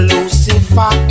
Lucifer